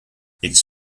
its